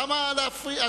למה להפריע?